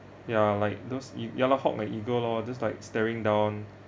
ya like those ea~ ya loh hawk like eagle loh just like staring down